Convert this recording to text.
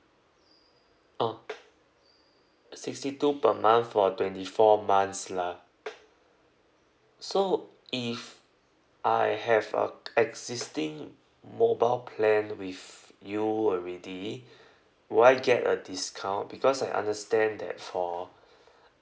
oh sixty two per month for twenty four months lah so if I have a existing mobile plan with you already would I get a discount because I understand that for